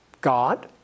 God